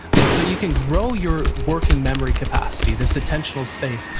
and so you can grow your working memory capacity, this attentional space.